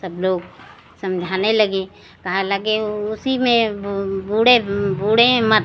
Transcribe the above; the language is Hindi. सब लोग समझाने लगे कहने लगे उसी में बूड़ै बूड़े मत